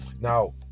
Now